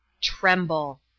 Tremble